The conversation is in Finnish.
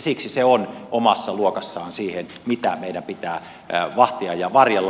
siksi se on omassa luokassaan siinä mitä meidän pitää vahtia ja varjella